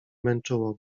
męczyło